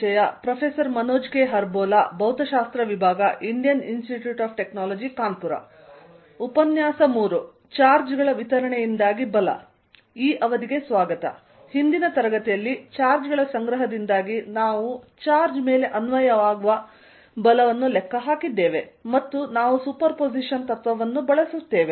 charge ಗಳ ವಿತರಣೆಯಿಂದಾಗಿ ಬಲ ಹಿಂದಿನ ತರಗತಿಯಲ್ಲಿ ಚಾರ್ಜ್ ಗಳ ಸಂಗ್ರಹದಿಂದಾಗಿ ನಾವು ಚಾರ್ಜ್ ಮೇಲೆ ಅನ್ವಯವಾಗುವ ಬಲವನ್ನು ಲೆಕ್ಕ ಹಾಕಿದ್ದೇವೆ ಮತ್ತು ನಾವು ಸೂಪರ್ಪೋಸಿಷನ್ ತತ್ವವನ್ನು ಬಳಸುತ್ತೇವೆ